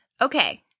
Okay